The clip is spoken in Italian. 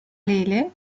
lele